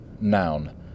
noun